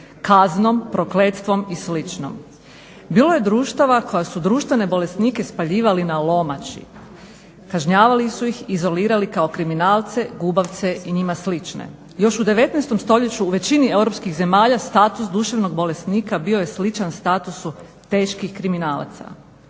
kaznom, prokletstvo i slično. Bilo je društava koja su društvene bolesnike spaljivali na lomači, kažnjavali su ih, izolirali kao kriminalce, gubavce i njima slične. Još u 19. st. u većini europskih zemalja status duševnog bolesnika bio je sličan status teških kriminalaca.